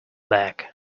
back